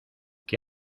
que